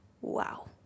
wow